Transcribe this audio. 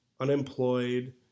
unemployed